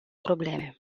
probleme